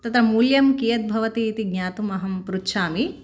तत्र मूल्यं कियत् भवति इति ज्ञातुम् अहं पृच्छामि